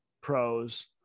pros